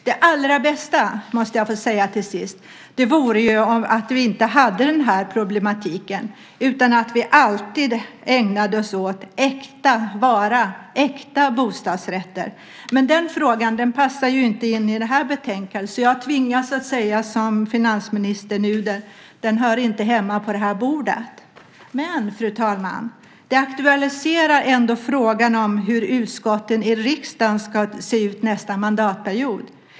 Det allra bästa vore om vi inte hade den här problematiken utan att vi alltid ägnade oss åt äkta vara, äkta bostadsrätter. Men den frågan passar ju inte in i det här betänkandet. Så jag tvingas säga som finansminister Nuder: Den hör inte hemma på det här bordet. Men, fru talman, det aktualiserar ändå frågan om hur utskottet i riksdagen ska se ut nästa mandatperiod.